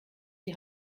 die